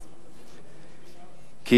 כי,